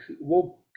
woke